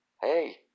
Hey